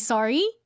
Sorry